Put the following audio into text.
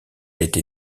été